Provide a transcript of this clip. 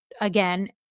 again